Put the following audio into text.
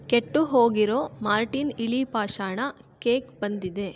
ಕೆಟ್ಟುಹೋಗಿರೋ Mortein ಇಲಿ ಪಾಷಾಣ cake ಬಂದಿದೆ